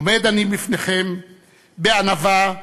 עומד אני בפניכם בענווה,